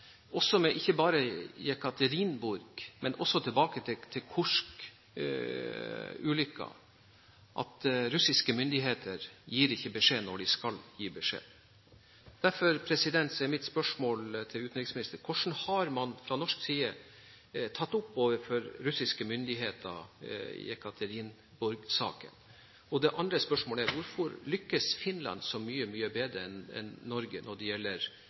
russiske myndigheter ikke gir beskjed når de skal gi beskjed. Derfor er mitt spørsmål til utenriksministeren: Hvordan har man fra norsk side tatt opp overfor russiske myndigheter «Jekaterinburg»-saken? Det andre spørsmålet er: Hvorfor lykkes Finland så mye bedre enn Norge når det gjelder